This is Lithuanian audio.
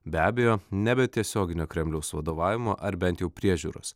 be abejo ne be tiesioginio kremliaus vadovavimo ar bent jau priežiūros